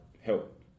help